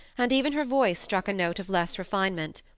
and even her voice struck a note of less refinement.